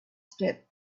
step